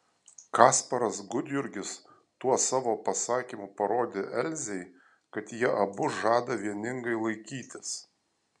kasparas gudjurgis tuo savo pasakymu parodė elzei kad jie abu žada vieningai laikytis